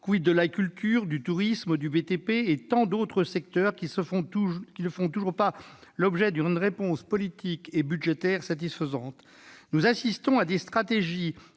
de la culture, du tourisme, du BTP et de tant d'autres secteurs qui n'ont toujours pas reçu de réponse politique et budgétaire satisfaisante ? Nous assistons à des stratégies